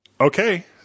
Okay